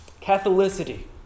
Catholicity